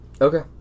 Okay